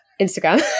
Instagram